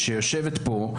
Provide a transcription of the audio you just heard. זה שהיא יושבת פה,